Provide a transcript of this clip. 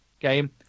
game